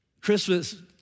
Christmas